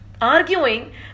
arguing